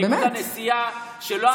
בניגוד לנשיאה שלא אמיצה ולא מתפטרת.